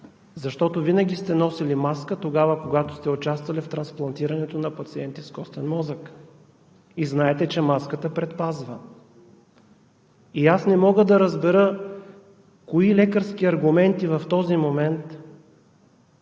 защото винаги сте носили маска тогава, когато сте участвали в трансплантирането на пациенти с костен мозък, и знаете, че маската предпазва. И аз не мога да разбера кои лекарски аргументи в този момент